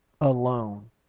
alone